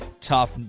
tough